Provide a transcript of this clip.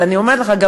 אבל אני אומרת לך,